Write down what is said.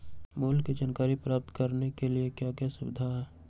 मूल्य के जानकारी प्राप्त करने के लिए क्या क्या सुविधाएं है?